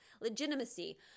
legitimacy